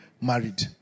married